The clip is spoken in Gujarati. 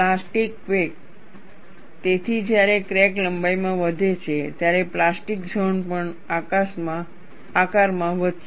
પ્લાસ્ટિક વેક તેથી જ્યારે ક્રેક લંબાઈમાં વધે છે ત્યારે પ્લાસ્ટિક ઝોન પણ આકારમાં વધશે